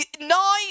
now